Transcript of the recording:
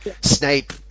Snape